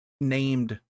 named